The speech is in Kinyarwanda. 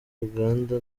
uganda